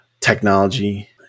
technology